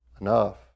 enough